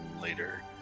later